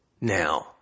now